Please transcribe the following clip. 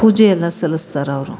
ಪೂಜೆಯೆಲ್ಲ ಸಲ್ಲಿಸ್ತಾರವರು